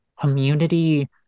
community